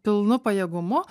pilnu pajėgumu